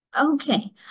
Okay